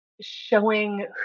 showing